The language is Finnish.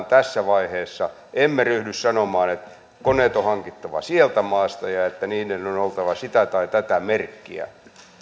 tässä vaiheessa että ryhtyisimme sanomaan että koneet on hankittava sieltä maasta ja että niiden on oltava sitä tai tätä merkkiä